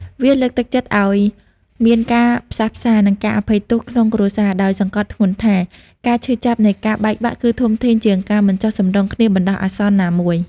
វាលើកទឹកចិត្តឲ្យមានការផ្សះផ្សា និងការអភ័យទោសក្នុងគ្រួសារ ដោយសង្កត់ធ្ងន់ថា ការឈឺចាប់នៃការបែកបាក់គឺធំធេងជាងការមិនចុះសម្រុងគ្នាបណ្ដោះអាសន្នណាមួយ។